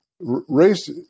Race